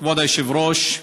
כבוד היושב-ראש,